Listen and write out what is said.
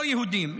לא יהודים,